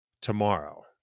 tomorrow